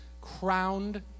crowned